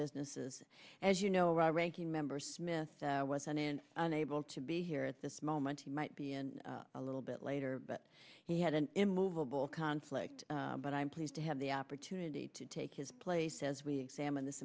businesses as you know ranking member smith was on and unable to be here at this moment he might be in a little bit later but he had an immovable conflict but i'm pleased to have the opportunity to take his place as we examine this